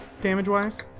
damage-wise